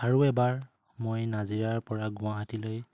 আৰু এবাৰ মই নাজিৰাৰ পৰা গুৱাহাটীলৈ